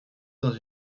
dans